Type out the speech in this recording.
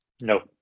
No